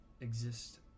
exist